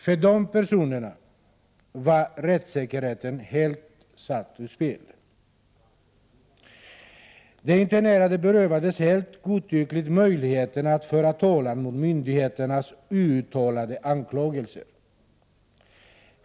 För dessa personer var rättssäkerheten alldeles satt ur spel. De internerade berövades helt godtyck 117 ligt möjligheten att föra talan mot myndigheternas outtalade anklagelser.